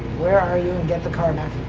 where are you? and get the car back.